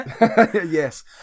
Yes